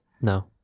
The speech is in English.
No